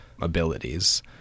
abilities